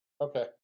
okay